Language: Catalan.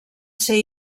ser